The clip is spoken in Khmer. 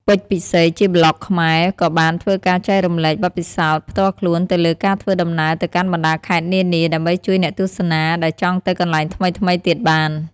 ពេជ្រ ពិសីជាប្លុកខ្មែរ ក៏បានធ្វើការចែករំលែកបទពិសោធន៍ផ្ទាល់ខ្លួនទៅលើការធ្វើដំណើរទៅកាន់បណ្ដាខេត្តនានា ដើម្បីជួយអ្នកទស្សនាដែលចង់ទៅកន្លែងថ្មីៗទៀតបាន។